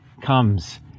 comes